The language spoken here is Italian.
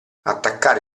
attaccare